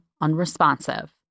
unresponsive